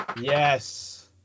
yes